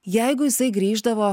jeigu jisai grįždavo